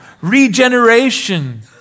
regeneration